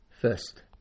first